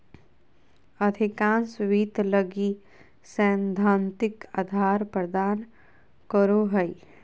अधिकांश वित्त लगी सैद्धांतिक आधार प्रदान करो हइ